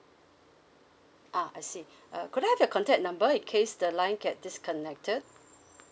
ah I see okay uh could I have your contact number in case the line get disconnected